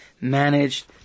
managed